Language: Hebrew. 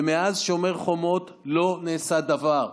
ומאז שומר החומות לא נעשה דבר,